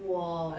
!whoa!